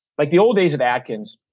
like the old days of atkins,